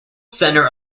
center